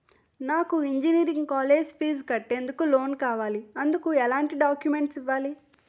నాకు engineering college fees కట్టేందుకు loan కావాలి, ఎందుకు ఎలాంటి డాక్యుమెంట్స్ ఇవ్వాలి?